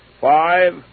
Five